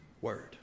word